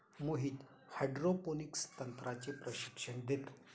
Mohit hydroponics तंत्राचे प्रशिक्षण देतो